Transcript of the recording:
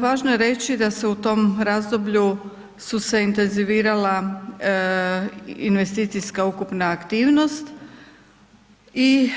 Važno je reći da se u tom razdoblju, su se intenzivirala investicijska ukupna aktivnost, i